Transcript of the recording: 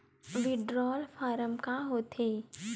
withdrawal form का होथेय